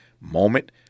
moment